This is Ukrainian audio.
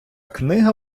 книга